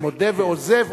ומודה ועוזב,